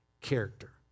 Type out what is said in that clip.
character